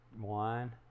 one